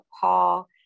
Paul